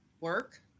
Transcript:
work